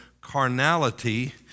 carnality